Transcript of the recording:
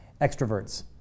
extroverts